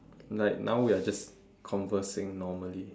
like now we are just conversing normally